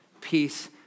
peace